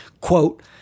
quote